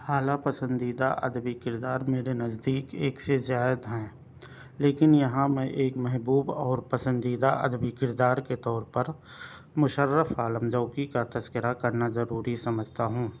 اعلیٰ پسندیدہ ادبی کردار میرے نزدیک ایک سے زائد ہیں لیکن یہاں میں ایک محبوب اور پسندیدہ ادبی کردار کے طور پر مشرف عالم ذوقی کا تذکرہ کرنا ضروری سمجھتا ہوں